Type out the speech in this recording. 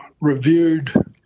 reviewed